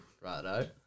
Righto